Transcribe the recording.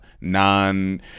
non